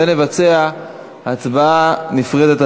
ונבצע הצבעה נפרדת,